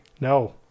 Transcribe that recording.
No